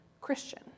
Christian